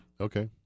Okay